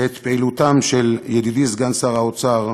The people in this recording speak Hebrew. את פעילותם של ידידי סגן שר האוצר